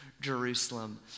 Jerusalem